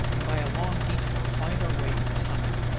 and by a long detour find our way to the summit.